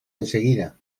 enseguida